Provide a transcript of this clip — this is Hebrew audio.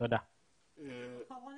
תודה רבה